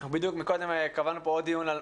בדיוק מקודם קבענו פה עוד דיון.